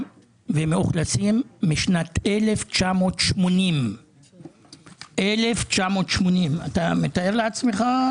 ומאוכלסים משנת 1980. 1980. אתה מתאר לעצמך,